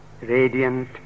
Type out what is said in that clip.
radiant